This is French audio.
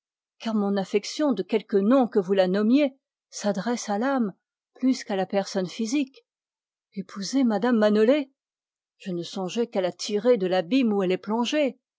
car mon affection de quelque nom que vous la nommiez s'adresse à l'âme plus qu'à la personne physique épouser mme manolé je ne songeais qu'à la tirer de l'abîme où elle est plongée